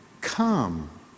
come